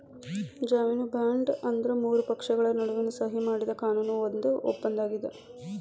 ಜಾಮೇನು ಬಾಂಡ್ ಅಂದ್ರ ಮೂರು ಪಕ್ಷಗಳ ನಡುವ ಸಹಿ ಮಾಡಿದ ಕಾನೂನು ಬದ್ಧ ಒಪ್ಪಂದಾಗ್ಯದ